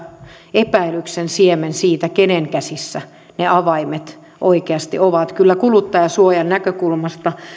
epäilyksen siemen siitä kenen käsissä ne avaimet oikeasti ovat kyllä kuluttajansuojan näkökulmasta